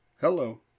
Hello